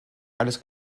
alles